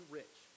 rich